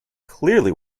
clearly